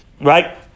right